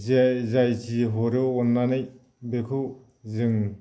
जे जाय जि हरो अननानै बेखौ जों